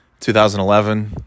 2011